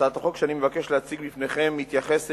הצעת החוק שאני מבקש להציג לפניכם מתייחסת